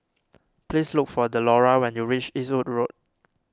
please look for Delora when you reach Eastwood Road